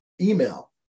email